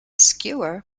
skewer